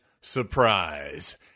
surprise